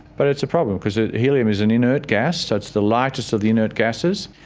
but it's a problem because ah helium is an inert gas, so it's the lightest of the inert gases,